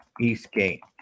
Eastgate